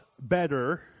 better